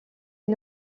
est